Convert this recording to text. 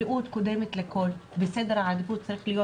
בריאות קודמת לכל וסדר העדיפות צריך להיות